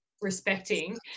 respecting